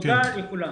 תודה לכולם.